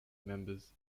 members